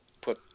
put